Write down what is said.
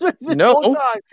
no